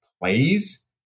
plays